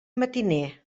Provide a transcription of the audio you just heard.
matiner